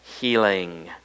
healing